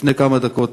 לפני כמה דקות